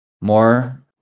More